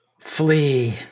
flee